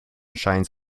shines